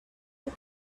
you